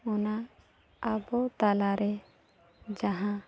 ᱚᱱᱟ ᱟᱵᱚ ᱛᱟᱞᱟᱨᱮ ᱡᱟᱦᱟᱸ